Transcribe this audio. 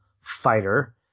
fighter